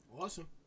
Awesome